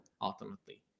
ultimately